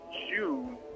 June